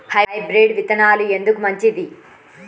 Hybrid విత్తనాలు ఎందుకు మంచిది?